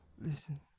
listen